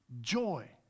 joy